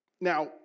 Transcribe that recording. Now